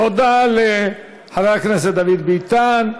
תודה לחבר הכנסת דוד ביטן.